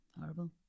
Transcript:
Horrible